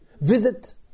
Visit